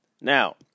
Now